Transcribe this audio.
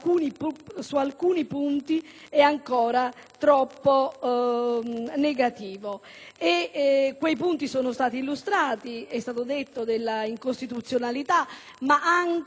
su alcuni punti è ancora troppo negativo; quei punti sono stati illustrati, si è detto della loro incostituzionalità.